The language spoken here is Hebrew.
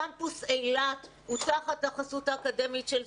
קמפוס אילת הוא גם תחת החסות האקדמית של בן גוריון.